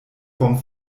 vom